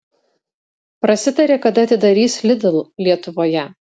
prasitarė kada atidarys lidl lietuvoje